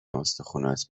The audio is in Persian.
استخونات